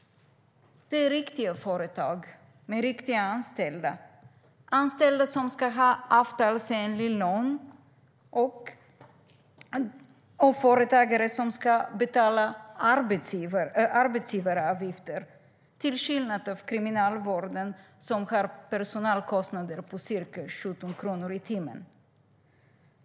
Det är riktiga företag, med riktiga anställda - anställda som ska ha avtalsenlig lön. Företagarna ska betala arbetsgivaravgifter, till skillnad från Kriminalvården som har personalkostnader på ca 17 kronor i timmen.